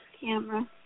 camera